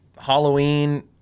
Halloween